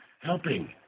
helping